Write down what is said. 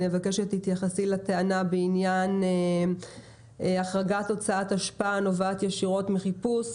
אני אבקש שתתייחסי לטענה בעניין החרגת הוצאת אשפה הנובעת ישירות מחיפוש,